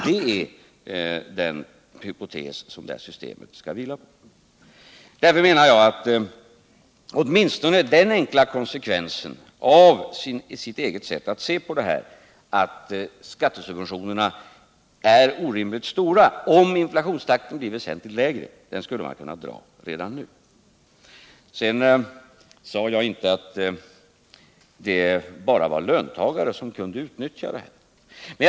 Detta är den hypotes som det här systemet skall vila på. Därför menar jag att ni redan nu skulle kunna dra åtminstone den enkla konsekvensen av ert eget sätt att se på det här att skatltesubventionerna måste anses bli orimligt stora, om inflationstakten blir väsentligt lägre. Sedan sade jag inte att det bara är löntagare som kan utnyttja systemet.